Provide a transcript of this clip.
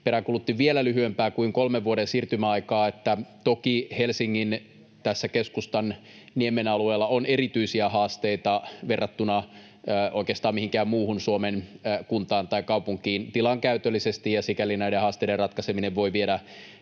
peräänkuulutti vielä lyhyempää kuin kolmen vuoden siirtymäaikaa, että toki tässä Helsingin keskustan niemen alueella on erityisiä haasteita verrattuna oikeastaan mihinkään muuhun Suomen kuntaan tai kaupunkiin tilankäytöllisesti. Sikäli näiden haasteiden ratkaiseminen voi viedä